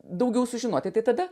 daugiau sužinoti tai tada